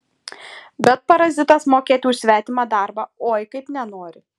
bet parazitas mokėti už svetimą darbą oi kaip nenori